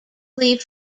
leave